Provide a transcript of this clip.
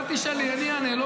אני אעמוד, את תשאלי, אני אענה.